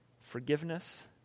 forgiveness